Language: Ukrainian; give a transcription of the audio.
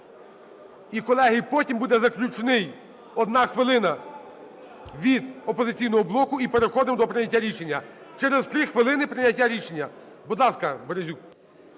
І, колеги, потім буде заключний одна хвилина від "Опозиційного блоку", і переходимо до прийняття рішення. Через 3 хвилини прийняття рішення. Будь ласка, Березюк.